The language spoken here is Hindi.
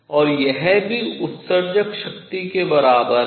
और यह भी उत्सर्जक शक्ति के बराबर है